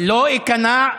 לא איכנע,